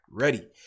ready